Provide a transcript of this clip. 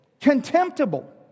contemptible